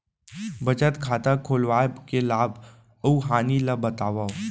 बचत खाता खोलवाय के लाभ अऊ हानि ला बतावव?